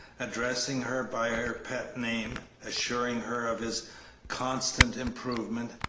addressing her by her pet name, assuring her of his constant improvement,